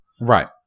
Right